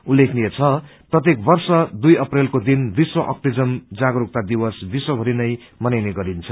उल्लेखनीय छ प्रत्येक वर्ष दुइ अप्रेलको दिन विश्व आक्टिजम जागरूकता दिवस विश्वभरि नै मनाइने गरिन्छ